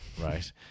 right